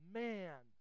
man